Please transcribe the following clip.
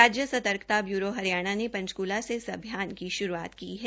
राज्य सर्तकता ब्यूरों हरियाणा ने पंचकूला से इस अभियान की श्रूआत की है